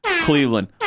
Cleveland